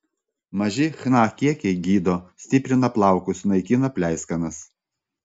maži chna kiekiai gydo stiprina plaukus naikina pleiskanas